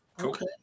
okay